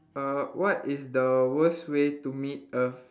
uh what is the worst way to meet a